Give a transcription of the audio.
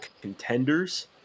contenders